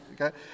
Okay